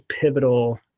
pivotal